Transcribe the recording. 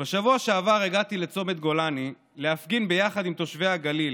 בשבוע שעבר הגעתי לצומת גולני להפגין יחד עם תושבי הגליל